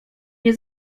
nie